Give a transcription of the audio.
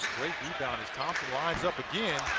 great rebound as thompson lines up again.